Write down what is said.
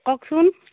কওকচোন